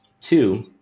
Two